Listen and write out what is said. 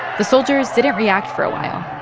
the soldiers didn't react for a while.